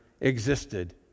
existed